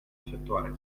effettuare